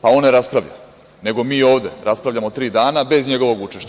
Pa, on ne raspravlja, nego mi ovde raspravljamo tri dana, bez njegovog učešća.